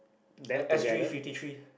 them together